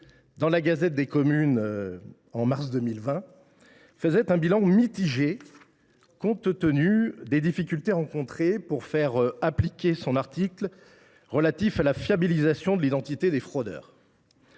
Savary lui même dressait en mars 2020, dans, un bilan mitigé, compte tenu des difficultés rencontrées pour faire appliquer son article relatif à la fiabilisation de l’identité des fraudeurs.